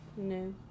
No